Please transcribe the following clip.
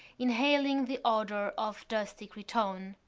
inhaling the odour of dusty cretonne.